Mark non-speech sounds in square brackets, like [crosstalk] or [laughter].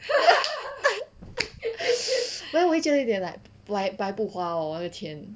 [laughs] but then 我又觉得有点 like 不唉白不花 hor 这个钱